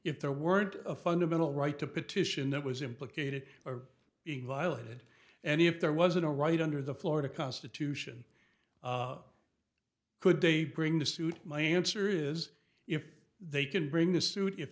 if their word a fundamental right to petition that was implicated are being violated and if there wasn't a right under the florida constitution of could they bring the suit my answer is if they can bring the suit if